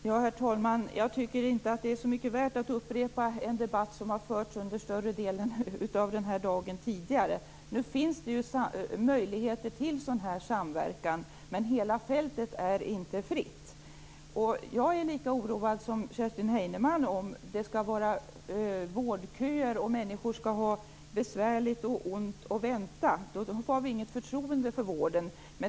Herr talman! Jag tycker inte att det är så mycket värt att upprepa en debatt som har förts under större delen av den här dagen. Nu finns de ju möjligheter till sådan här samverkan, men hela fältet är inte fritt. Jag är lika oroad som Kerstin Heinemann för att det skall vara vårdköer och för att människor skall ha det besvärligt och ont och behöva vänta. Då finns det inget förtroende för vården.